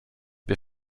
wir